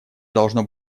должно